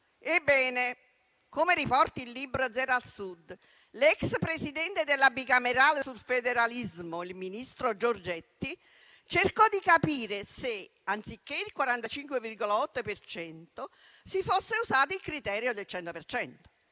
Ebbene, come riporta il libro «Zero al Sud», l'ex presidente della Commissione bicamerale sul federalismo, il ministro Giorgetti, cercò di capire se, anziché il 45,8 per cento, si potesse usare il criterio del 100